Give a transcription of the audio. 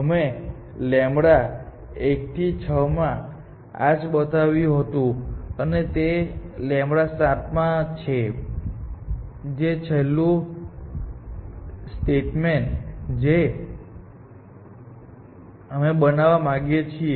અમે લેમડા 1 થી 6 માં આ જ બતાવ્યું હતું અને તે લેમડા 7 માં છે જે છેલ્લું સ્ટેટમેન્ટ જે અમે બનાવા માંગીએ છીએ